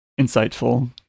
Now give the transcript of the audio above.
insightful